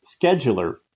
scheduler